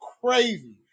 crazy